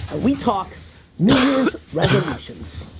and we talk new year's resolutions.